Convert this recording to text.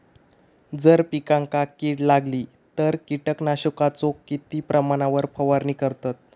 जर पिकांका कीड लागली तर कीटकनाशकाचो किती प्रमाणावर फवारणी करतत?